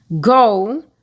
Go